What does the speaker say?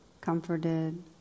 comforted